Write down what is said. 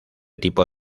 tipo